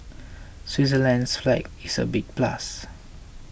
Switzerland's flag is a big plus